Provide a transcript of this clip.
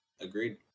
Agreed